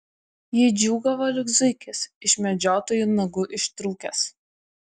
ji džiūgavo lyg zuikis iš medžiotojų nagų ištrūkęs